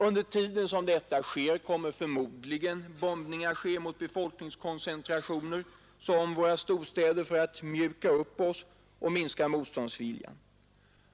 Under tiden som detta sker kommer förmodligen bombningar att äga rum mot befolkningskoncentrationer som våra storstäder för att ”mjuka upp” oss och minska motståndsviljan.